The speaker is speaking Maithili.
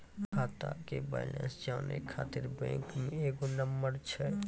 खाता के बैलेंस जानै ख़ातिर बैंक मे एगो नंबर छै?